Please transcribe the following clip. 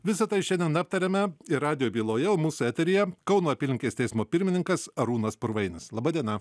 visa tai šiandien aptariame ir radijo byloje o mūsų eteryje kauno apylinkės teismo pirmininkas arūnas purvainis laba diena